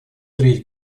треть